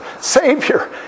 Savior